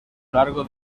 largo